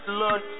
look